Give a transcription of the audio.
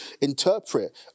interpret